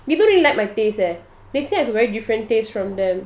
they don't really like my taste eh they say I have a very different taste from them